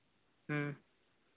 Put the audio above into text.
ᱦᱮᱸ